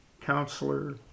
counselor